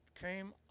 came